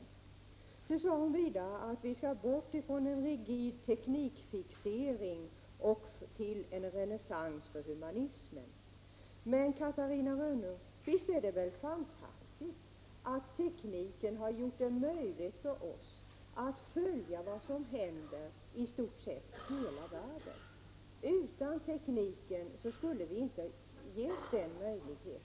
Catarina Rönnung sade vidare att vi skall bort från en rigid teknikfixering och gå mot en renässans för humanismen. Men visst är det väl fantastiskt, Catarina Rönnung, att tekniken har gjort det möjligt för oss att följa vad som händer över i stort sett hela världen! Utan tekniken skulle vi inte ges den möjligheten.